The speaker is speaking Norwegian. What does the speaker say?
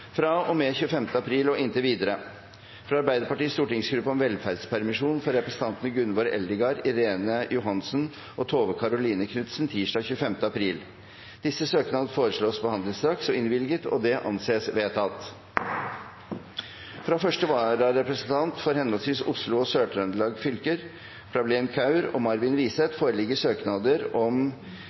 med 25. april og inntil videre fra Arbeiderpartiets stortingsgruppe om velferdspermisjon for representantene Gunvor Eldegard , Irene Johansen og Tove Karoline Knutsen tirsdag 25. april Disse søknader foreslås behandlet straks og innvilget. – Det anses vedtatt. Fra første vararepresentant for henholdsvis Oslo og Sør-Trøndelag fylke, Prableen Kaur og Marvin Wiseth , foreligger søknader om